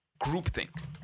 groupthink